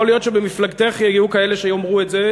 יכול להיות שבמפלגתך יהיו כאלה שיאמרו את זה,